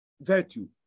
virtue